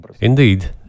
Indeed